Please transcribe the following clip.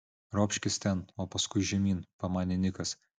ropškis ten o paskui žemyn pamanė nikas